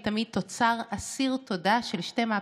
תמיד תוצר אסיר תודה של שתי מהפכות: